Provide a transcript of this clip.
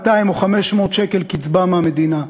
200 או 500 שקל קצבה מהמדינה.